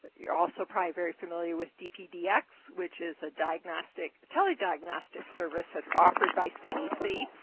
you're also probably very familiar with dpdx, which is a telediagnostic telediagnostic service that's offered by cdc.